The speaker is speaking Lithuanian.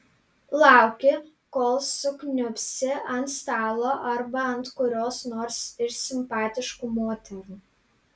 lauki kol sukniubsi ant stalo arba ant kurios nors iš simpatiškų moterų